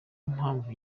impamvu